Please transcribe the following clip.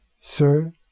sir